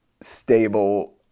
stable